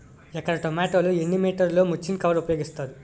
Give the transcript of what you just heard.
ఎకర టొమాటో లో ఎన్ని మీటర్ లో ముచ్లిన్ కవర్ ఉపయోగిస్తారు?